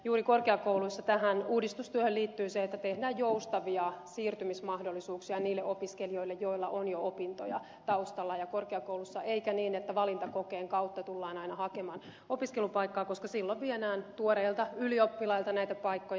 juuri korkeakouluissa tähän uudistustyöhön liittyy se että tehdään joustavia siirtymismahdollisuuksia niille opiskelijoille joilla on jo opintoja taustalla ja korkeakoulussa eikä niin että valintakokeen kautta tullaan aina hakemaan opiskelupaikkaa koska silloin viedään tuoreilta ylioppilailta näitä paikkoja